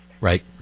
right